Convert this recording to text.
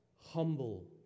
Humble